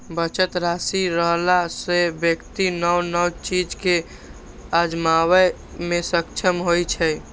बचत राशि रहला सं व्यक्ति नव नव चीज कें आजमाबै मे सक्षम होइ छै